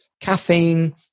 caffeine